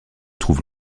trouve